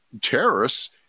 terrorists